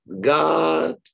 God